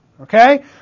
okay